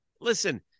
Listen